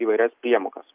įvairias priemokas